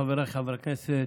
חבריי חברי הכנסת,